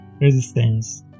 resistance